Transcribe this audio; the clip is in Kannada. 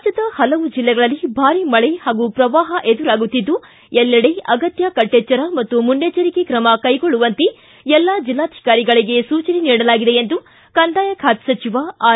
ರಾಜ್ಯದ ಹಲವು ಜಿಲ್ಲೆಗಳಲ್ಲಿ ಭಾರಿ ಮಳೆ ಹಾಗೂ ಪ್ರವಾಪ ಎದುರಾಗುತ್ತಿದ್ದು ಎಲ್ಲೆಡೆ ಅಗತ್ಯ ಕಟ್ಟೆಚ್ವರ ಮತ್ತು ಮುನ್ನೆಚ್ವರಿಕೆ ಕ್ರಮ ಕೈಗೊಳ್ಳುವಂತೆ ಎಲ್ಲಾ ಜಿಲ್ಲಾಧಿಕಾರಿಗಳಿಗೆ ಸೂಚನೆ ನೀಡಲಾಗಿದೆ ಎಂದು ಕಂದಾಯ ಖಾತೆ ಸಚಿವ ಆರ್